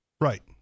Right